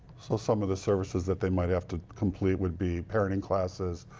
so some of the services that they might have to complete would be parenting classes,